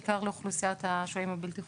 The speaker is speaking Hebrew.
בעיקר לאוכלוסיית השוהים הבלתי חוקיים.